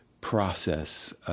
process –